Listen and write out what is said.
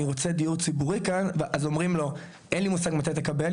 רוצה דיור ציבורי אז אומרים לו אין לי מושג מתי תקבל,